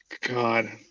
God